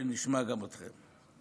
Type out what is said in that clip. שנשמע גם אתכם.